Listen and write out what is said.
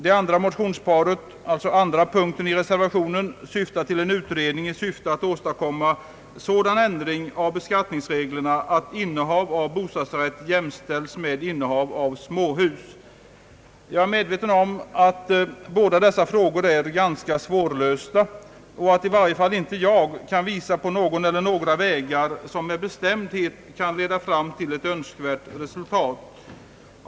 Det andra motionsparet, motsvarande punkt 2 i min reservation, syftar till en utredning för att åstadkomma sådan ändring av beskattningsreglerna att innehav av bostadsrätt jämställs med innehav av småhus. Jag är medveten om att båda dessa frågor är ganska svårlösta och att i varje fall inte jag kan visa på någon eller några vägar som med bestämdhet leder fram till ett önskvärt resultat.